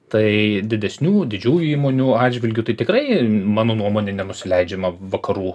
tai didesnių didžiųjų įmonių atžvilgiu tai tikrai mano nuomone nenusileidžiama vakarų